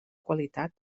qualitat